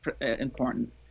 important